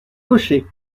cocher